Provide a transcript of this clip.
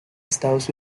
estados